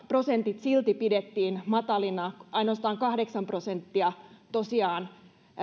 prosentit silti pidettiin matalina ainoastaan kahdeksan prosenttia tosiaan